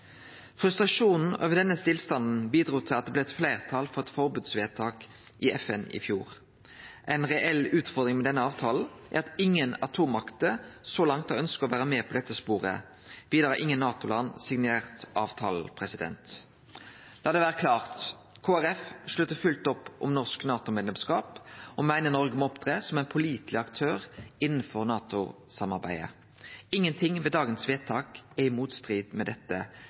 Frustrasjonen over denne stillstanden bidrog til at det blei eit fleirtal for eit forbodsvedtak i FN i fjor. Ei reell utfordring med denne avtalen er at ingen atommakter så langt har ønskt å vere med på dette sporet. Vidare har ingen NATO-land signert avtalen. Lat det vere klart: Kristeleg Folkeparti sluttar fullt opp om norsk NATO-medlemskap og meiner Noreg må opptre som ein påliteleg aktør innanfor NATO-samarbeidet. Ingenting ved dagens vedtak står i motstrid til dette